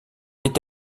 est